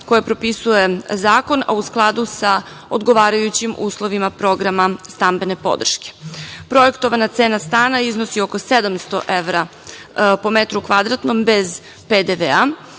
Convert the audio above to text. koje propisuje zakon, a u skladu sa odgovarajućim uslovima programa stambene podrške. Projektovana cena stana iznosi oko 700 evra po metru kvadratnom, bez PDV.